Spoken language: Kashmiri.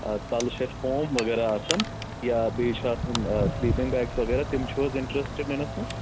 آ تَلہٕ چھِ اَسہِ پوم وغیرہ آسان یا بیٚیہِ چھُ آسان سِلیٖپِنٛگ بیگٕس وغیرہ تِم چھُو حظ اِنٹرٛسٹ نِنَس منٛز